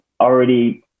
already